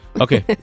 Okay